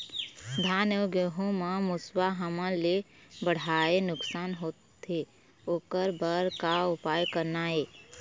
धान अउ गेहूं म मुसवा हमन ले बड़हाए नुकसान होथे ओकर बर का उपाय करना ये?